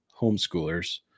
homeschoolers